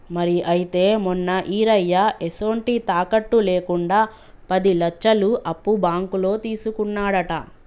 మరి అయితే మొన్న ఈరయ్య ఎసొంటి తాకట్టు లేకుండా పది లచ్చలు అప్పు బాంకులో తీసుకున్నాడట